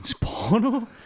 porno